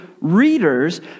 readers